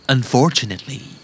Unfortunately